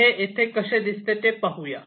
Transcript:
हे येथे कसे दिसते ते पाहूया